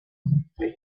history